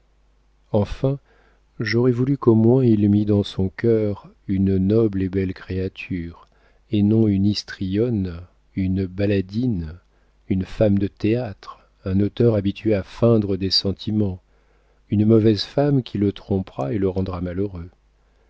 enfin j'aurais voulu qu'au moins il mît dans son cœur une noble et belle créature et non une histrionne une baladine une femme de théâtre un auteur habitué à feindre des sentiments une mauvaise femme qui le trompera et le rendra malheureux